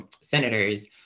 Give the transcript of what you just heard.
senators